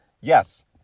Yes